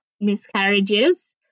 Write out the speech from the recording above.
miscarriages